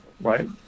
right